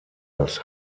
das